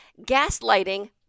gaslighting